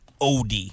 OD